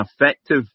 effective